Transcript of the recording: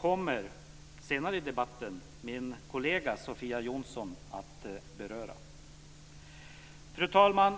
kommer min kollega Sofia Jonsson att beröra senare i debatten. Fru talman!